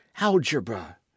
algebra